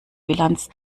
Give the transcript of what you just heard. bilanz